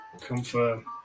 Confirm